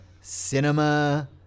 cinema